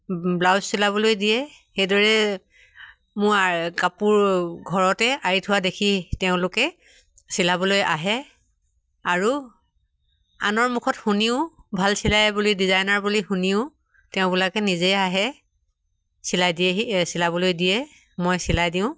blouse চিলাবলৈ দিয়ে সেইদৰে মোৰ কাপোৰ ঘৰতে আৰি থোৱা দেখি তেওঁলোকে চিলাবলৈ আহে আৰু আনৰ মুখত শুনিও ভাল চিলাই বুলি ডিজাইনাৰ বুলি শুনিও তেওঁবিলাকে নিজে আহে চিলাই দিয়েহি চিলাবলৈ দিয়ে মই চিলাই দিওঁ